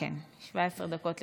כן, 17 דקות לרשותך.